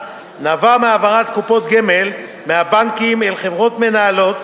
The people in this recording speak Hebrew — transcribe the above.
נבע מהעברת קופות גמל מהבנקים אל חברות מנהלות,